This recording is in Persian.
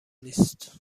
نیست